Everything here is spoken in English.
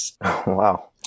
Wow